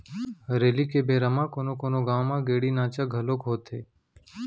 हरेली के बेरा म कोनो कोनो गाँव म गेड़ी नाचा घलोक होथे